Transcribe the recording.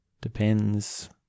Depends